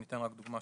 אני אתן רק דוגמה,